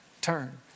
turn